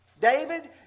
David